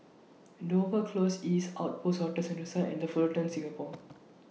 Dover Close East Outpost Hotel Sentosa and The Fullerton Singapore